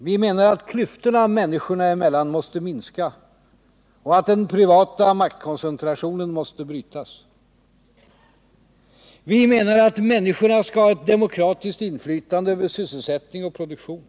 Vi menar att klyftorna människor emellan måste minska och att den privata maktkoncentrationen måste brytas. Vi menar att människorna Nr 54 skall ha ett demokratiskt inflytande över sysselsättning och produktion.